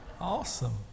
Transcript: Awesome